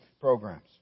programs